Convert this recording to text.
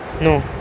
No